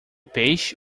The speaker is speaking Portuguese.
peixe